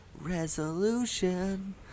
Resolution